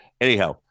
Anyhow